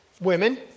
women